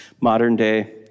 modern-day